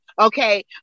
okay